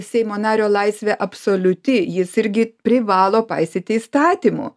seimo nario laisvė absoliuti jis irgi privalo paisyti įstatymų